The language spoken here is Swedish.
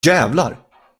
jävlar